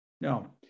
No